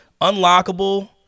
unlockable